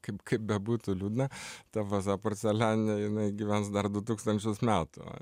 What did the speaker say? kaip kaip bebūtų liūdna ta vaza porcelianinė jinai gyvens dar du tūkstančius metų